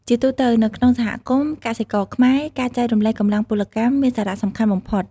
ជាទូទៅ នៅក្នុងសហគមន៍កសិករខ្មែរ ការចែករំលែកកម្លាំងពលកម្មមានសារៈសំខាន់បំផុត។